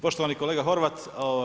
Poštovani kolega Horvat.